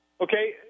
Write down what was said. Okay